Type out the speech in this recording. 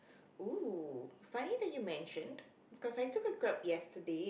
!woo! funny that you mentioned because I took a Grab yesterday